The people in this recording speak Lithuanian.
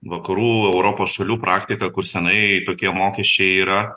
vakarų europos šalių praktiką kur senai tokie mokesčiai yra